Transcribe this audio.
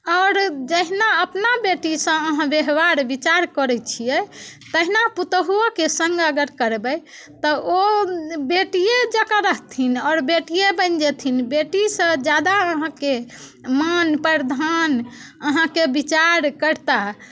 आओर जहिना अपना बेटीसँ अहाँ व्यवहार विचार करै छियै तहिना पुतोहुओके सङ्ग अगर करबै तऽ ओ बेटिये जँका रहथिन आओर बेटिये बनि जेथिन बेटीसँ ज्यादा अहाँके मान प्रधान अहाँके विचार करताह